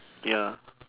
ya